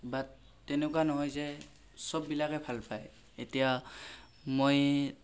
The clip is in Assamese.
বাট্ তেনেকুৱা নহয় যে চববিলাকে ভাল পায় এতিয়া মই